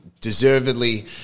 deservedly